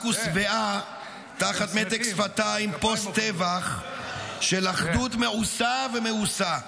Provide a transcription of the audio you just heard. רק הוסוואה תחת מתק שפתיים פוסט-טבח של אחדות מעושה ומאוסה.